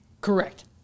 correct